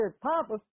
Papa